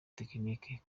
technique